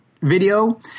video